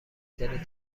ترین